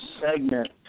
segment